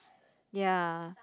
ya